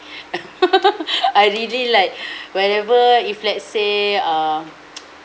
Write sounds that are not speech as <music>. <breath> <laughs> <breath> I really like <breath> wherever if let's say uh <noise>